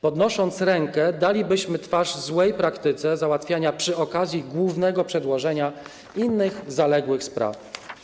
Podnosząc rękę, dalibyśmy twarz złej praktyce załatwiania przy okazji głównego przedłożenia innych zaległych spraw.